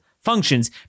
functions